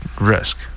risk